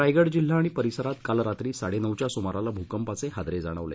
रायगड जिल्हा आणि परिसरात काल रात्री साडेनऊच्या सुमाराला भूकंपाचे हादरे जाणवले